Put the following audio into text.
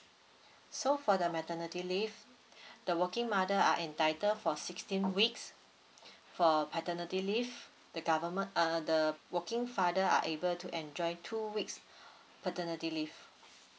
so for the maternity leave the working mother are entitled for sixteen weeks for paternity leave the government err the working father are able to enjoy two weeks paternity leave